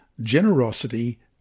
Generosity